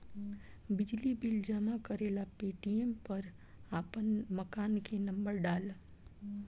बिजली बिल जमा करेला पेटीएम पर आपन मकान के नम्बर डाल